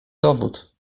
dowód